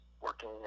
working